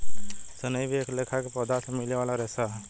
सनई भी एक लेखा के पौधा से मिले वाला रेशा ह